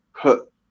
put